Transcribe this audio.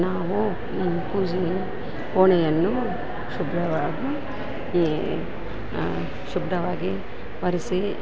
ನಾವು ಪೂಜೆಗೆ ಕೋಣೆಯನ್ನು ಶುಭ್ರವಾಗಿ ಈ ಶುಭ್ರವಾಗಿ ಒರ್ಸಿ